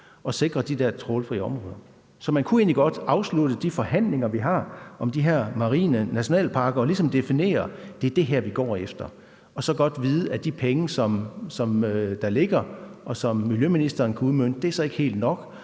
at sikre trawlfri områder. Så man kunne egentlig godt afslutte de forhandlinger, vi har om de her marine naturnationalparker og ligesom definere, at det er det her, vi går efter, og så godt vide, at de penge, der ligger, og som miljøministeren kan udmønte, ikke helt er nok.